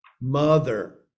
Mother